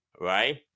right